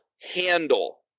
handle